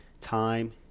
Time